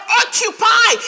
occupy